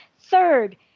Third